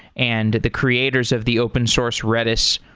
and the creators of the open source redis,